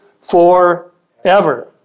forever